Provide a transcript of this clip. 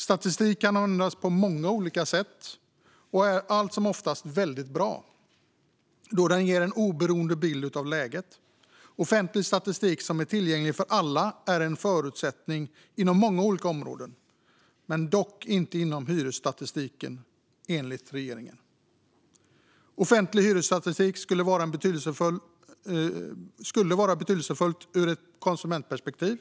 Statistik kan användas på många olika sätt och är allt som oftast väldigt bra, då den ger en oberoende bild av läget. Offentlig statistik som är tillgänglig för alla är en förutsättning inom många olika områden - dock inte inom hyresstatistiken, enligt regeringen. Offentlig hyresstatistik skulle vara betydelsefullt ur ett konsumentperspektiv.